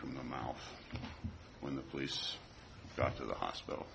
from the mouth when the police got to the hospital